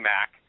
Mac